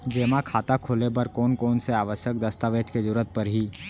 जेमा खाता खोले बर कोन कोन से आवश्यक दस्तावेज के जरूरत परही?